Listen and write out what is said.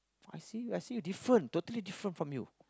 I see I see a different totally different from you